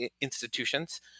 institutions